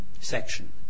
section